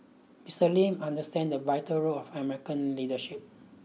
Mister Lee understood the vital role of American leadership